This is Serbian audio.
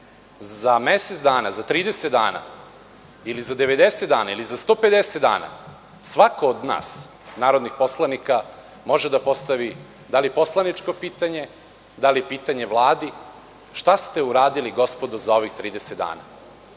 za mesec dana, za 30 dana ili za 90, za 150 dana svako od nas narodnih poslanika može da postavi da li poslaničko pitanje, da li pitanje Vladi – šta ste uradili za ovih 30 dana,